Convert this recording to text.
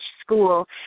school